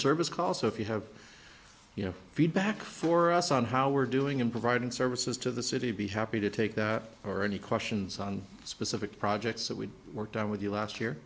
service call so if you have you know feedback for us on how we're doing in providing services to the city be happy to take that or any questions on specific projects that we worked on with you last year